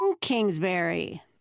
Kingsbury